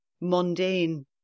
mundane